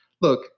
look